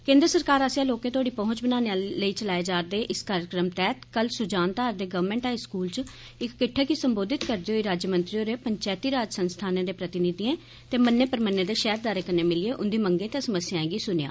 केन्द्र सरकार आस्सेया लोकें तोड़ी पहुंच बनाने लेई चलाए जा रदे इस कारजक्रम तैहत कल सुजानधार दे गवर्नमेंट हाई स्कूल च इक किट्टै गी सम्बोधित करदे होई राज्यमंत्री होरें पंचैती राज संस्थानें दे प्रतिनिधियें ते मन्ने परमन्ने दे शैहरदारे कन्नै मिलियै उन्दी मंगे ते समस्याएं गी सुनेया